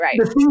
right